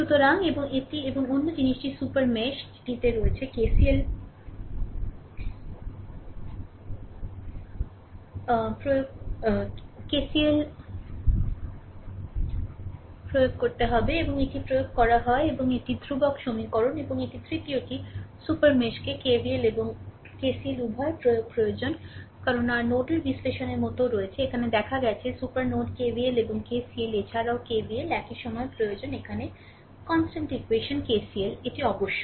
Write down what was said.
সুতরাং এবং এটি এবং অন্য জিনিসটি সুপার মেশ টিতে রয়েছে KCL প্রয়োগ করতে হবে এবং এটি প্রয়োগ করা হয় এবং এটি ধ্রুবক সমীকরণ এটি এবং তৃতীয়টি সুপার মেশ কে KVL এবং KCL উভয়ের প্রয়োগ প্রয়োজন কারণ r নোডাল বিশ্লেষণের মতোও রয়েছে এখানে দেখা গেছে সুপার নোড KVL এবং KCL এছাড়াও KVL একই সময়ে প্রয়োজন এখানে ধ্রুবক সমীকরণ KCL এটি অবশ্যই